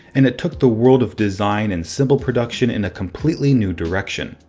and it took the world of design and symbol production in a completely new direction.